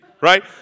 right